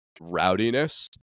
rowdiness